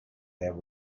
their